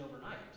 overnight